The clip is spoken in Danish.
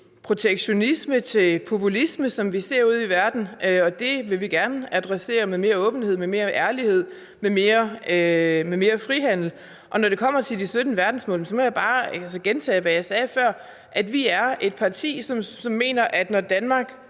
til protektionisme, til populisme, som vi ser ude i verden, og det vil vi gerne adressere med mere åbenhed, med mere ærlighed, med mere frihandel. Og når det kommer til de 17 verdensmål, må jeg bare gentage, hvad jeg sagde før, nemlig at vi er et parti, som mener, at når Danmark